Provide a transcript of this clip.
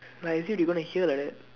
like as if they gonna hear like that